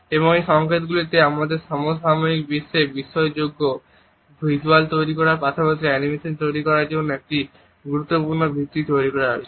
এবং এই সংকেতগুলি আমাদের সমসাময়িক বিশ্বে বিশ্বাসযোগ্য ভিজ্যুয়াল তৈরির পাশাপাশি অ্যানিমেশন তৈরির জন্য একটি গুরুত্বপূর্ণ ভিত্তি হয়ে উঠেছে